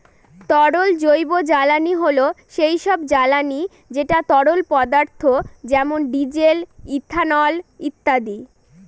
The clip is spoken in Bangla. তরল জৈবজ্বালানী হল সেই সব জ্বালানি যেটা তরল পদার্থ যেমন ডিজেল, ইথানল ইত্যাদি